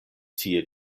tie